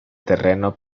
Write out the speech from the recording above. terreno